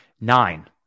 Nine